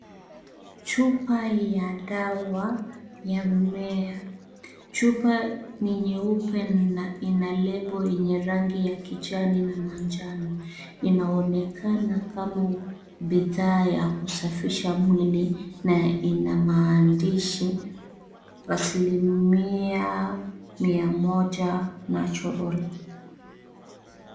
Chupa ya dawa ya mmea. Chupa ni nyeupe na ina lebo yenye rangi ya kijani na manjano. Inaonekana kama bidhaa ya kusafisha mwili na ina maandishi ,asilimia mia moja natural .